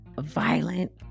violent